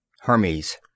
Hermes